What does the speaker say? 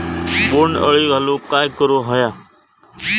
बोंड अळी घालवूक काय करू व्हया?